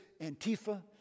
Antifa